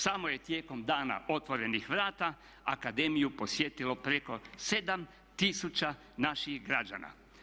Samo je tijekom "Dana otvorenih vrata" akademiju posjetilo preko 7000 naših građana.